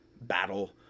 battle